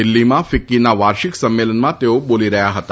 દિલ્ફીમાં ફિક્કીના વાર્ષિક સંમેલનમાં તેઓ બોલી રહ્યાં હતા